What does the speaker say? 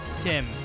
Tim